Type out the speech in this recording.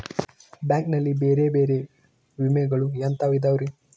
Bank ನಲ್ಲಿ ಬೇರೆ ಬೇರೆ ವಿಮೆಗಳು ಎಂತವ್ ಇದವ್ರಿ?